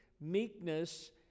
meekness